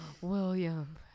William